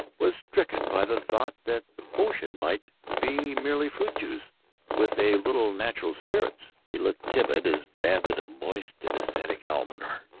was stricken by the thought that the potion might be merely fruit-juice with a little neutral spirits. he looked timorous as babbitt, a moist and ecstatic almoner,